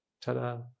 Ta-da